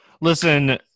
Listen